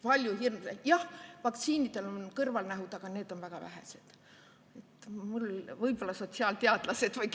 väga hirmus. Jah, vaktsiinidel on kõrvalnähud, aga neid on väga vähestel. Võib-olla sotsiaalteadlased või